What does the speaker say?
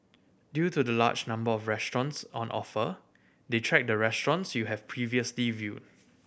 due to the large number of restaurants on offer they track the restaurants you have previously viewed